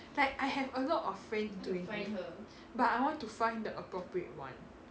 like I have a lot of friends doing it but I want to find the appropriate one